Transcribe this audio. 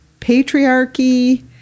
patriarchy